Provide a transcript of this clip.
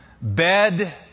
bed